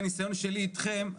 בניסיון שלי איתכם,